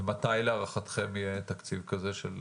מתי להערכתכם יהיה תקציב כזה?